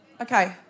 Okay